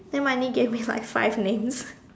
then Mani gave me like five names